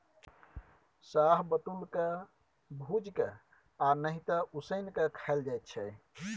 शाहबलुत के भूजि केँ आ नहि तए उसीन के खाएल जाइ छै